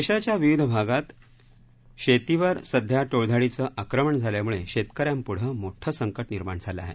देशाच्या विविध भागात शेतीवर सध्या टोळधाडीचं आक्रमण झाल्यामुळे शेतकऱ्यांपुढं मोठं संकट निर्माण झालं आहे